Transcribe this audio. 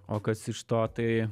o kas iš to tai